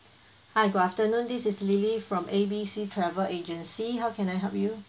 hi good afternoon this is lily from A B C travel agency how can I help you